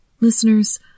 Listeners